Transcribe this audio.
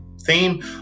theme